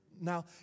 Now